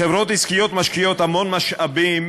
חברות עסקיות משקיעות המון משאבים